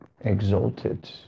exalted